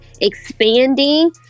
expanding